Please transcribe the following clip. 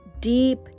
deep